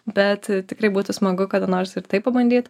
bet tikrai būtų smagu kada nors ir tai pabandyt